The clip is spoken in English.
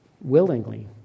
willingly